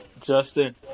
Justin